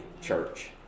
church